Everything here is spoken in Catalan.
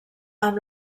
amb